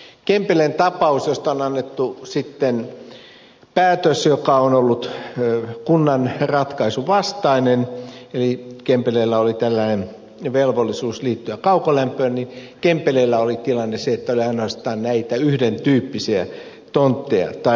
kempeleen tapauksesta on annettu päätös joka on ollut kunnan ratkaisun vastainen kempeleellä oli tilanne se että oli ainoastaan näitä yhden tyyppisiä tontteja tarjolla